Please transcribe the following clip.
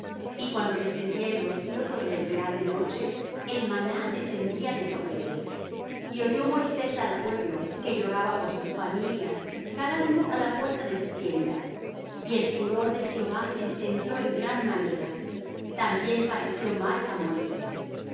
y cuando descendía el rocío sobre el real de noche el maná descendía de sobre él y oyó moisés al pueblo que lloraba por sus familias cada uno á la puerta de su tienda y el furor de jehová se encendió en gran manera también pareció mal á moisés